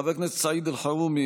חבר הכנסת סעיד אלחרומי,